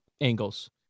angles